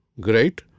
great